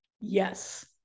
Yes